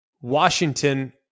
Washington